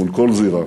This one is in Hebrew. מול כל זירה.